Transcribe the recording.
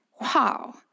Wow